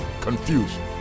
confusion